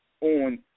on